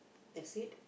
that's it